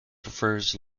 prefers